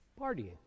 partying